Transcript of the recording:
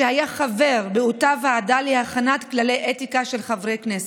שהיה חבר באותה ועדה להכנת כללי אתיקה של חברי כנסת.